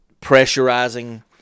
pressurizing